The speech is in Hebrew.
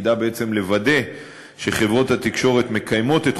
שתפקידה בעצם לוודא שחברות התקשורת מקיימות את